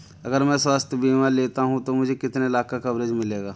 अगर मैं स्वास्थ्य बीमा लेता हूं तो मुझे कितने लाख का कवरेज मिलेगा?